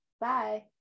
Bye